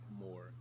more